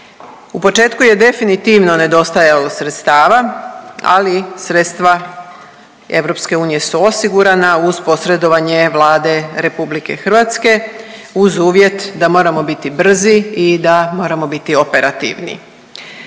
U početku je definitivno nedostajalo sredstava, ali sredstva EU su osigurana uz posredovanje Vlade RH uz uvjet da moramo biti brzi i da moramo biti operativni.